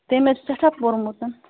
تٔمۍ حظ چھُ سٮ۪ٹھاہ پوٚرمُت